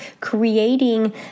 creating